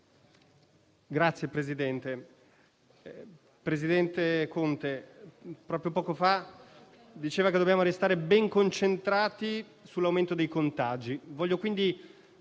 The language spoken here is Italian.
Signor Presidente, il presidente Conte proprio poco fa diceva che dobbiamo restare ben concentrati sul momento dei contagi.